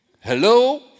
Hello